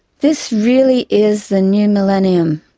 this really is the new millennium,